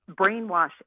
brainwash